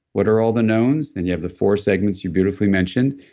what are all the knowns? then you have the four segments you beautifully mentioned.